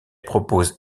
propose